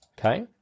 Okay